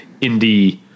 indie